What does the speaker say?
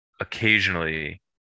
occasionally